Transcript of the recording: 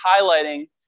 highlighting